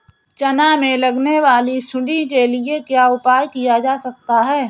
चना में लगने वाली सुंडी के लिए क्या उपाय किया जा सकता है?